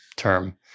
term